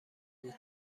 بود